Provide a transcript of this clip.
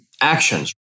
actions